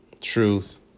truth